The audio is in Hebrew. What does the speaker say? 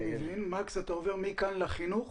אני מבין שמכאן אתה עובר לוועדת החינוך.